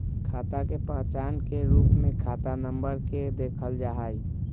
खाता के पहचान के रूप में खाता नम्बर के देखल जा हई